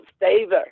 favor